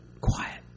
Quiet